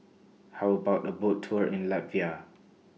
How about A Boat Tour in Latvia